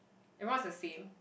everyone is the same